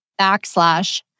backslash